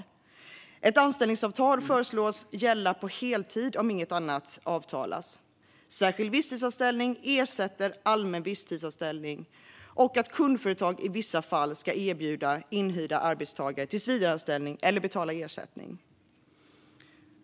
Vidare innebär förslaget att anställningsavtal föreslås gälla på heltid om inget annat avtalas, att särskild visstidsanställning ersätter allmän visstidsanställning och att kundföretag i vissa fall ska erbjuda inhyrda arbetstagare tillsvidareanställning eller betala ersättning.